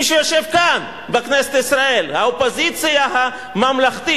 מי שיושב כאן, בכנסת ישראל, האופוזיציה הממלכתית.